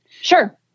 Sure